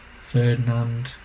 Ferdinand